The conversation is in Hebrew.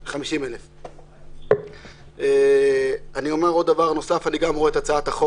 50,000. גם אני רואה את הצעת החוק,